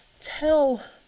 tell